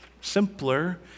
simpler